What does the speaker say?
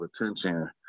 attention